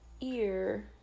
ear